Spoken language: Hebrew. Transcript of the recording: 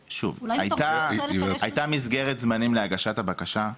אז שוב, הייתה מסגרת זמנים להגשת הבקשה.